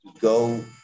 go